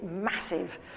massive